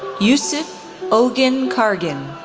yusuf ogun kargin,